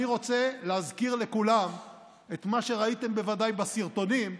אני רוצה להזכיר לכולם את מה שראיתם בוודאי בסרטונים,